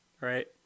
right